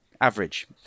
Average